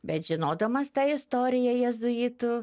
bet žinodamas tą istoriją jėzuitų